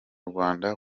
rwanda